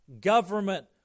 government